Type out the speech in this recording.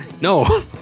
No